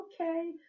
okay